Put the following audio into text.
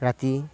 ৰাতি